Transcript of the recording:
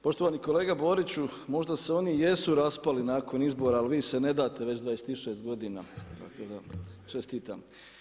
Poštovani kolega Boriću možda se oni jesu raspali nakon izbora ali vi se ne date već 26 godina, tako da čestitam.